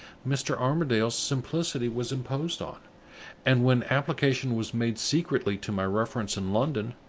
mr. armadale's simplicity was imposed on and, when application was made secretly to my reference in london,